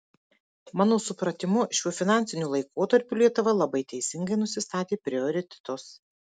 mano supratimu šiuo finansiniu laikotarpiu lietuva labai teisingai nusistatė prioritetus